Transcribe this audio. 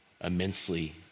immensely